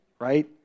right